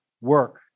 work